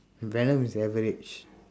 venom is average